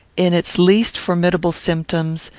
in its least formidable symptoms,